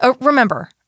Remember